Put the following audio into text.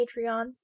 Patreon